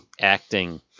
Acting